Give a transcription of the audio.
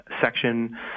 section